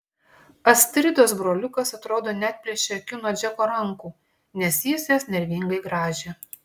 astridos broliukas atrodo neatplėšė akių nuo džeko rankų nes jis jas nervingai grąžė